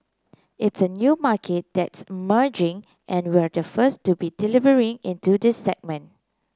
it's a new market that's merging and we're the first to be delivering into the segment